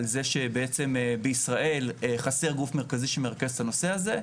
על זה שבעצם בישראל חסר גוף מרכזי שמרכז את הנושא הזה,